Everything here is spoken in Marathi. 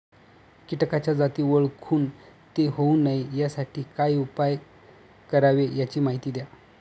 किटकाच्या जाती ओळखून ते होऊ नये यासाठी काय उपाय करावे याची माहिती द्या